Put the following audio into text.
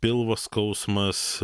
pilvo skausmas